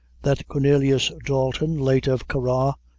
that cornelius dalton, late of cargah,